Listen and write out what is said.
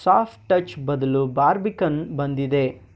ಸಾಫ್ಟಚ್ ಬದಲು ಬಾರ್ಬಿಕನ್ ಬಂದಿದೆ